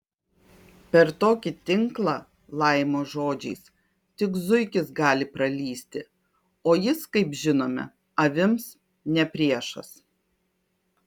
per tokį tinklą laimo žodžiais tik zuikis gali pralįsti o jis kaip žinome avims ne priešas